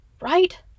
right